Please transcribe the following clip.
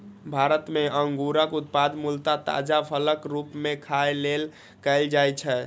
भारत मे अंगूरक उत्पादन मूलतः ताजा फलक रूप मे खाय लेल कैल जाइ छै